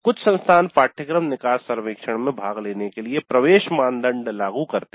कुछ संस्थान पाठ्यक्रम निकास सर्वेक्षण में भाग लेने के लिए प्रवेश मानदंड लागू करते हैं